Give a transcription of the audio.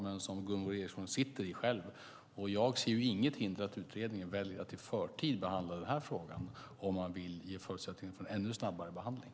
Gunvor G Ericson sitter själv i den utredningen, och jag ser inget hinder att utredningen väljer att i förtid behandla den här frågan om man vill ge förutsättningar för en ännu snabbare behandling.